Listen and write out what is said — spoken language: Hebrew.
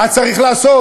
מה צריך לעשות?